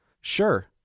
Sure